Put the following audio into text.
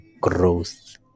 growth